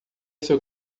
seu